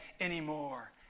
anymore